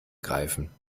greifen